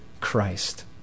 Christ